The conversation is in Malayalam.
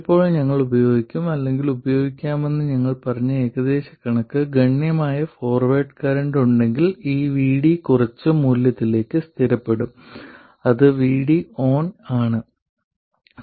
ഇപ്പോൾ ഞങ്ങൾ ഉപയോഗിക്കും അല്ലെങ്കിൽ ഉപയോഗിക്കാമെന്ന് ഞങ്ങൾ പറഞ്ഞ ഏകദേശ കണക്ക് ഗണ്യമായ ഫോർവേഡ് കറന്റ് ഉണ്ടെങ്കിൽ ഈ VD കുറച്ച് മൂല്യത്തിലേക്ക് സ്ഥിരപ്പെടും അത് VD ON ആണ്